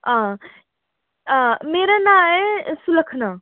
हां हां मेरा नांऽ ऐ सुलक्खना